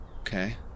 Okay